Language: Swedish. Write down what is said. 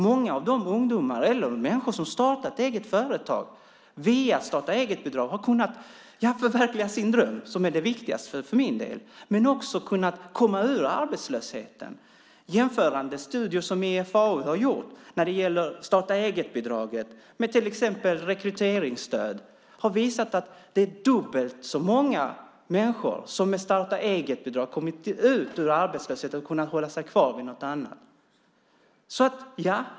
Många av de ungdomar eller människor som har startat eget företag via starta-eget-bidrag har förverkligat sina drömmar - det viktigaste för min del. De har också kommit ur arbetslösheten. Jämförande studier gjorda av IFAU när det gäller starta-eget-bidrag och rekryteringsstöd har visat att det är dubbelt så många människor som med starta-eget-bidrag kommit ut ur arbetslösheten och har hållit sig kvar vid något annat.